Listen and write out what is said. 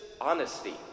honesty